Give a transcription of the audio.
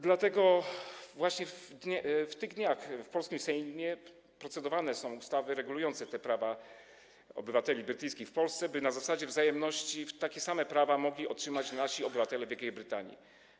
Dlatego właśnie w tych dniach w polskim Sejmie proceduje się nad ustawami regulującymi prawa obywateli brytyjskich w Polsce, by na zasadzie wzajemności takie same prawa mogli otrzymać nasi obywatele w Wielkiej Brytanii.